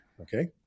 okay